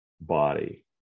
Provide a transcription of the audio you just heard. body